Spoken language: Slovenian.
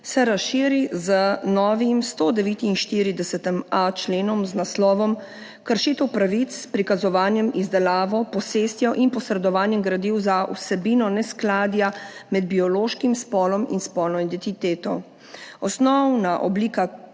se razširi z novim 149.a členom z naslovom Kršitev pravic s prikazovanjem, izdelavo, posestjo in posredovanjem gradiv za vsebino neskladja med biološkim spolom in spolno identiteto. Osnovna oblika